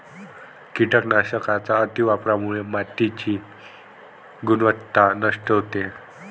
कीटकनाशकांच्या अतिवापरामुळे मातीची गुणवत्ता नष्ट होते